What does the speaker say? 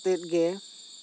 ᱛᱮᱫ ᱜᱮ